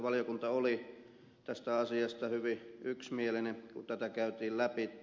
valiokunta oli tästä asiasta hyvin yksimielinen kun tätä käytiin lävitse